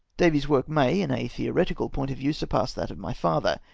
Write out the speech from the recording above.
davy's work may in a theoretical point of view surpass that of my father,